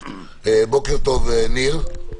בוקר טוב, ניר.